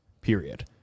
period